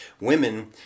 women